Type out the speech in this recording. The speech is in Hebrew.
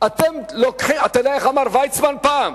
אתם לוקחים, אתה יודע איך אמר הנשיא ויצמן פעם?